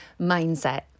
mindset